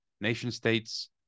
nation-states